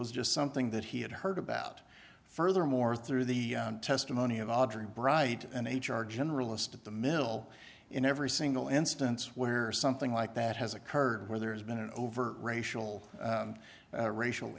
was just something that he had heard about furthermore through the testimony of audrey bright and h r generalist at the mill in every single instance where something like that has occurred where there has been an overt racial and racial